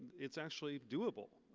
it's actually doable.